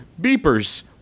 beepers